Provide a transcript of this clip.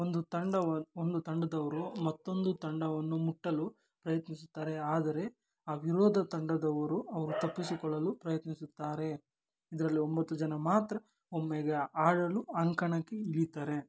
ಒಂದು ತಂಡವ ಒಂದು ತಂಡದವರು ಮತ್ತೊಂದು ತಂಡವನ್ನು ಮುಟ್ಟಲು ಪ್ರಯತ್ನಿಸುತ್ತಾರೆ ಆದರೆ ಆ ವಿರೋಧ ತಂಡದವರು ಅವರು ತಪ್ಪಿಸಿಕೊಳ್ಳಲು ಪ್ರಯತ್ನಿಸುತ್ತಾರೆ ಇದ್ರಲ್ಲಿ ಒಂಬತ್ತು ಜನ ಮಾತ್ರ ಒಮ್ಮೆಗೆ ಆಡಲು ಅಂಕಣಕ್ಕೆ ಇಳೀತಾರೆ